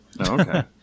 okay